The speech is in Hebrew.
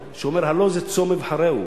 שאומר: הלוא זה צום אבחרהו.